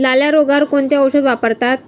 लाल्या रोगावर कोणते औषध वापरतात?